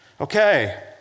Okay